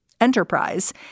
Enterprise